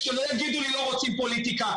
שלא יגידו לי לא רוצים פוליטיקה.